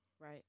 Right